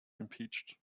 impeached